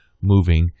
moving